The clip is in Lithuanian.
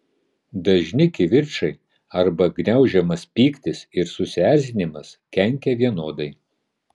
dažni kivirčai arba gniaužiamas pyktis ir susierzinimas kenkia vienodai